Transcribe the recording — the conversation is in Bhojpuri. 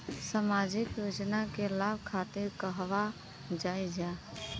सामाजिक योजना के लाभ खातिर कहवा जाई जा?